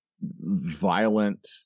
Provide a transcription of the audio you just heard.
violent